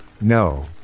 no